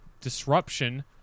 disruption –